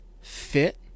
fit